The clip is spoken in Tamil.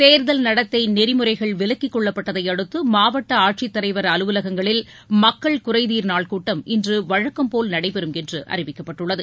தேர்தல் நடத்தை நெறிமுறைகள் விலக்கிக்கொள்ளப்பட்டதை அடுத்து மாவட்ட ஆட்சித் தலைவர் அலுவலகங்களில் மக்கள் குறைதீர் நாள் கூட்டம் இன்று வழக்கம்போல் நடைபெறும் என்று அறிவிக்கப்பட்டுள்ளது